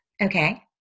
okay